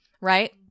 right